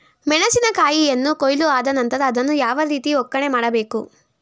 ಮೆಣಸಿನ ಕಾಯಿಯನ್ನು ಕೊಯ್ಲು ಆದ ನಂತರ ಅದನ್ನು ಯಾವ ರೀತಿ ಒಕ್ಕಣೆ ಮಾಡಬೇಕು?